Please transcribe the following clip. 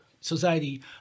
society